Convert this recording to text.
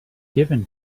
given